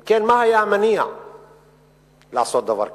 אם כן, מה היה המניע לעשות דבר כזה?